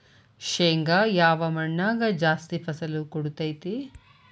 ಶೇಂಗಾ ಯಾವ ಮಣ್ಣಾಗ ಜಾಸ್ತಿ ಫಸಲು ಕೊಡುತೈತಿ?